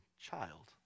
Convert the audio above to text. child